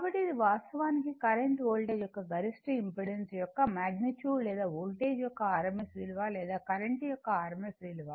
కాబట్టి ఇది వాస్తవానికి కరెంట్ వోల్టేజ్ యొక్క గరిష్ట ఇంపెడెన్స్ యొక్క మాగ్నిట్యూడ్ లేదా వోల్టేజ్ యొక్క rms విలువ లేదా కరెంట్ యొక్క rms విలువ